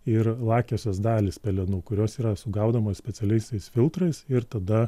ir lakiosios dalys pelenų kurios yra sugaudomos specialiaisiais filtrais ir tada